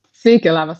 sveiki labas